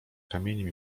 kamieniem